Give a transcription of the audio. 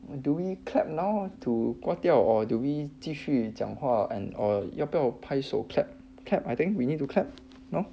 do we clap now to 挂掉 or do we 继续讲话 and or 要不要拍手 clap clap I think we need to clap no